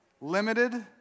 Limited